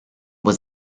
was